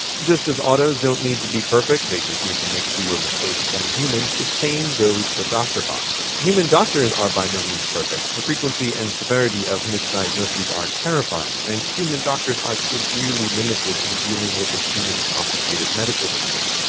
just as auto don't need to be perfect they just need to make fewer mistakes than humans the same goes for doctor bots. human doctors are by no means perfect the frequency and severity of misdiagnoses are terrifying and human doctors are severely limited in dealing with a human's complicated medical history.